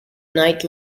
knight